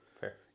fair